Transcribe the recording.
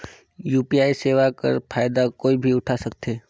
UPI सेवा कर फायदा कोई भी उठा सकथे?